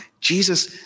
Jesus